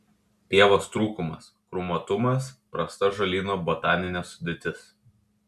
pievos trūkumas krūmuotumas prasta žolyno botaninė sudėtis